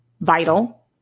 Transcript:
vital